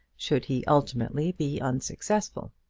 should he ultimately be unsuccessful.